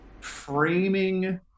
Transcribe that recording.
framing